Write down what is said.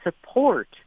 support